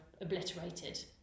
obliterated